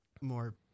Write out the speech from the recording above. more